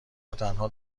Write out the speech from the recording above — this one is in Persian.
وتنها